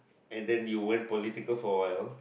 and then you went political for awhile